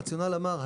הרציונל אמר,